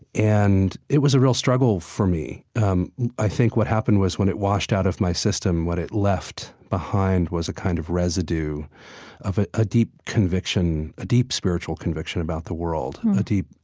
and it was a real struggle for me. um i think what happened was when it washed out of my system, what it left behind was a kind of residue of a a deep conviction, a deep spiritual conviction about the world and a deep